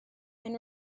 and